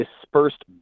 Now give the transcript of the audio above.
dispersed